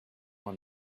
moi